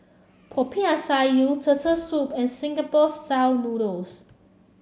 Popiah Sayur Turtle Soup and Singapore style noodles